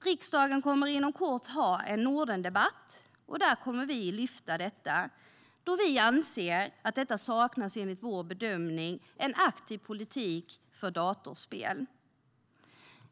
Riksdagen kommer inom kort att ha en Nordendebatt, och där kommer vi att lyfta detta, då det enligt vår bedömning saknas en aktiv politik för datorspel.